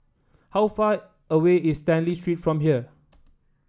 how far away is Stanley Street from here